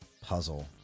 Puzzle